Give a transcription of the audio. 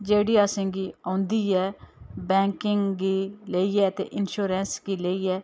जेह्ड़ी असेंगी औंदी ऐ बैंकिंग गी लेइयै ते इंश्योरेंस गी लेइयै